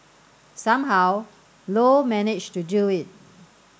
somehow Low managed to do it